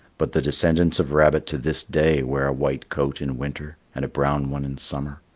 but the descendants of rabbit to this day wear a white coat in winter and a brown one in summer.